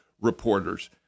reporters